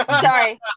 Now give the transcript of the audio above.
sorry